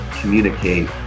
communicate